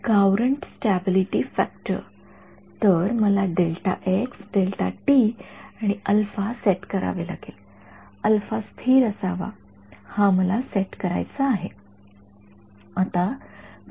current stability factor तर मला delta x delta t आणि अल्फा सेट करावे लागेल अल्फा स्थिर असावा हा मला सेट करायचा आहे